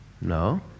No